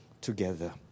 together